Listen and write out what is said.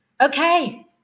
okay